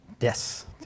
Yes